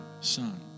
son